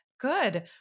Good